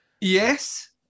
Yes